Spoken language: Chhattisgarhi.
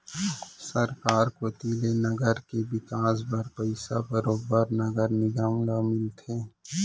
सरकार कोती ले नगर के बिकास बर पइसा बरोबर नगर निगम ल मिलथे